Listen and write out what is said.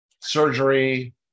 surgery